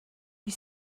you